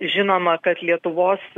žinoma kad lietuvos